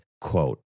quote